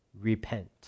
repent